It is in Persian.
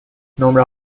نمره